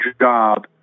job